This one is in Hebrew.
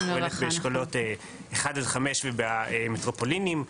שפועלת באשכולות 1-5 ובמטרופולינים.